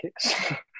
kicks